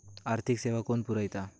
आर्थिक सेवा कोण पुरयता?